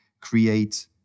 create